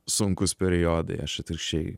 sunkūs periodai aš atvirkščiai